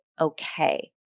okay